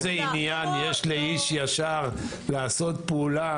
איזה עניין יש לאיש ישר לעשות פעולה